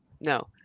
no